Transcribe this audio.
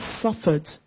suffered